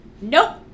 nope